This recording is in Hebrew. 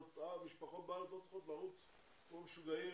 המשפחות בארץ לא צריכות לרוץ כמו משוגעים